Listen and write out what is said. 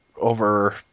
over